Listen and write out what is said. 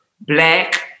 black